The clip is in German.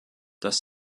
das